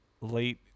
late